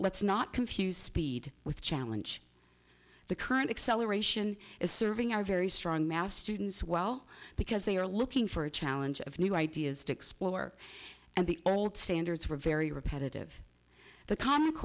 confuse speed with challenge the current acceleration is serving our very strong mass students well because they are looking for a challenge of new ideas to explore and the old standards were very repetitive the com